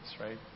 right